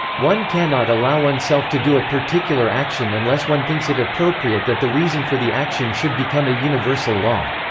one cannot allow oneself to do a particular action unless one thinks it appropriate that the reason for the action should become a universal law.